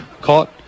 caught